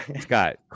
Scott